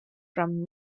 from